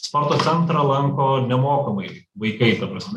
sporto centrą lanko nemokamai vaikai ta prasme